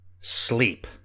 Sleep